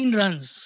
runs